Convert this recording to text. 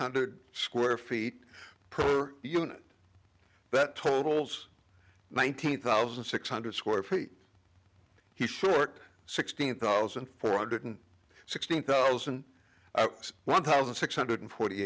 hundred square feet per unit that totals one thousand six hundred square feet he short sixteen thousand four hundred sixteen thousand one thousand six hundred forty